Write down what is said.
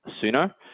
sooner